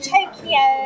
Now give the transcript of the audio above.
Tokyo